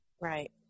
Right